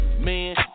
man